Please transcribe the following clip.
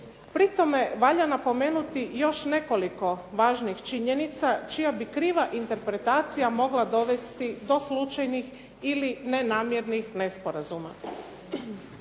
Pri tome valja napomenuti još nekoliko važnih činjenica čija bi kriva interpretacija mogla dovesti do slučajnih ili nenamjernih nesporazuma.